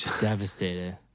Devastated